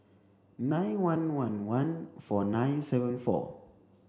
nine one one one four nine seven four